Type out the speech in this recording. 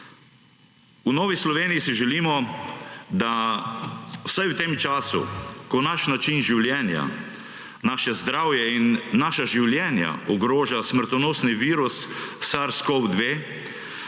V Novi Sloveniji si želimo, da vsaj v tem času ko naš način življenja, naše zdravje in naša življenja ogroža smrtonosni virus sars-cov-2,